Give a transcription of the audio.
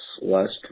last